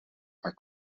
are